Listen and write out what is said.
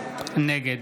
נגד